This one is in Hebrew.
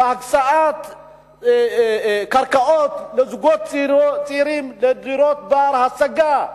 בהקצאת קרקעות לזוגות צעירים לדירות בנות השגה.